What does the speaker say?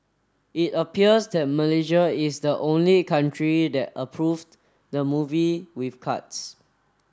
it appears that Malaysia is the only country that approved the movie with cuts